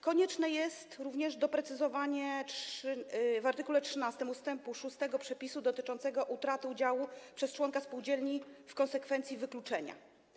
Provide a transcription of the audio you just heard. Konieczne jest również doprecyzowanie w art. 13 ust. 6 przepisu dotyczącego utraty udziału przez członka spółdzielni w konsekwencji wykluczenia.